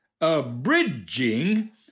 abridging